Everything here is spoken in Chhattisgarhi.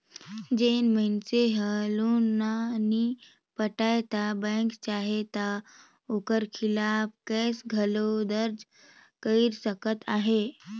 जेन मइनसे हर लोन ल नी पटाय ता बेंक चाहे ता ओकर खिलाफ केस घलो दरज कइर सकत अहे